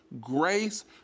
Grace